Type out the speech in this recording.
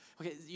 okay